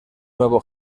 nuevo